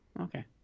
Okay